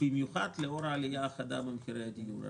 במיוחד לאור העלייה החדה במחירי הדיור.